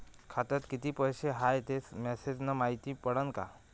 खात्यात किती पैसा हाय ते मेसेज न मायती पडन का?